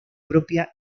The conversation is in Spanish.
propia